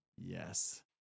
Yes